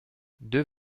deux